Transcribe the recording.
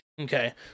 okay